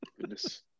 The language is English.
Goodness